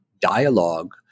dialogue